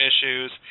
issues